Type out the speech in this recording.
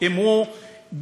אם הוא בן-אדם,